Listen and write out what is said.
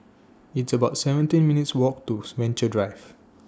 It's about seventeen minutes' Walk to Venture Drive